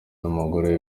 n’umugore